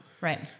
Right